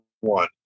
one